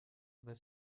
their